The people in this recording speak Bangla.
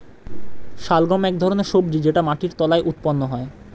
শালগম এক ধরনের সবজি যেটা মাটির তলায় উৎপন্ন হয়